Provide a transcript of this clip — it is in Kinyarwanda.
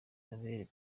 abere